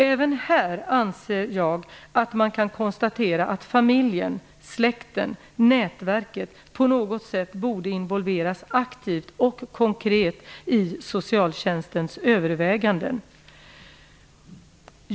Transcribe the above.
Även här anser jag att man kan konstatera att familjen, släkten, nätverket på något sätt borde involveras aktivt och konkret i socialtjänstens överväganden.